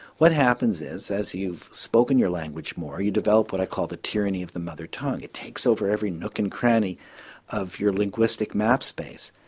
what happens is, as you've spoken your language more you develop what i call the tyranny of the mother tongue, it takes over every nook and cranny of your linguistic map space.